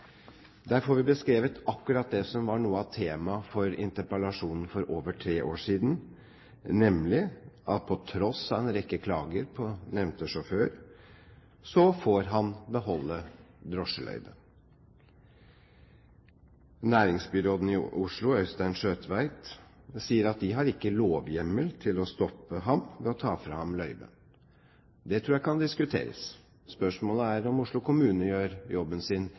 vi beskrevet akkurat det som var noe av temaet for interpellasjonen for over tre år siden, nemlig at på tross av en rekke klager på nevnte sjåfør får han beholde drosjeløyvet. Næringsbyråden i Oslo, Øystein Sjøtveit, sier at «de ikke har lovhjemmel til å stoppe ham ved å ta fra ham løyvet». Det tror jeg kan diskuteres. Spørsmålet er om Oslo kommune gjør jobben sin.